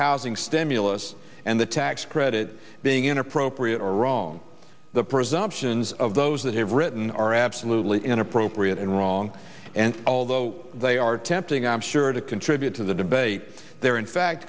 housing stimulus and the tax credit being inappropriate or wrong the presumptions of those that have written are absolutely inappropriate and wrong and although they are tempting i'm sure to contribute to the debate they are in fact